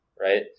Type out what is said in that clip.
right